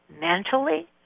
mentally